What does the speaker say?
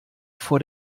vor